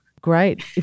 Great